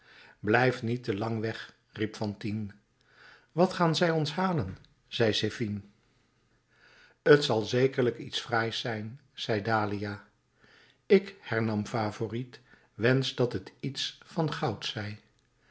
blijft niet te lang weg riep fantine wat gaan zij ons halen zei zephine t zal zekerlijk iets fraais zijn zei dahlia ik hernam favourite wensch dat het iets van goud zij